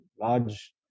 large